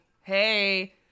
Hey